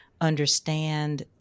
understand